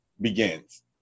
begins